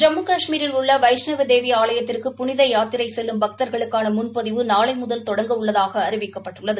ஜம்மு கஷ்மீரில் உள்ள வைஷ்ணவ் தேவி ஆலயத்திற்கு புனித யாத்திரை செல்லும் பக்தர்களுக்கான முன்பதிவு நாளை முதல் தொடங்க உள்ளதாக அறிவிக்கப்பட்டுள்ளது